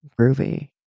groovy